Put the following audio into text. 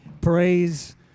praise